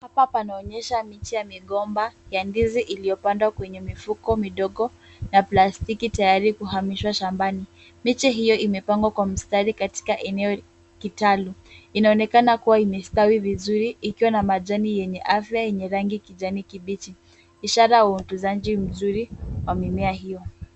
Hapa panaonyesha miche ya migomba ya ndizi iliyopandwa kwenye mifuko midogo ya plastiki tayari kuhamishwa shambani. Miche hiyo imepangwa kwa mstari katika eneo kitalu. Inaonekana kuwa imestawi vizuri ikiwa na majani yenye afya yenye rangi kijani kibichi ishara ya utuzaji mzuri wa mimea hio.